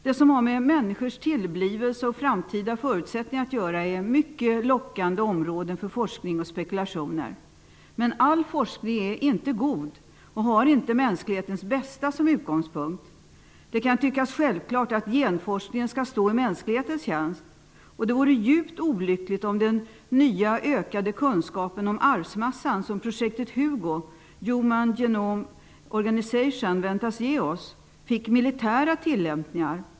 Det som har med människors tillblivelse och framtida förutsättningar att göra är mycket lockande områden för forskning och spekulationer. Men all forskning är inte god och har inte mänsklighetens bästa som utgångspunkt. Det kan tyckas självklart att genforskningen skall stå i mänsklighetens tjänst. Det vore djupt olyckligt om den nya ökade kunskapen om arvsmassan som projektet HUGO, Human Genome Organization, väntas ge oss fick militära tillämpningar.